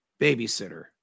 babysitter